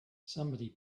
somebody